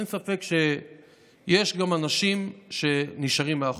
אין ספק שיש גם אנשים שנשארים מאחור.